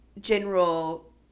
general